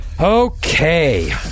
Okay